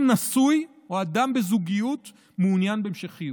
נשוי או אדם בזוגיות מעוניין בהמשכיות.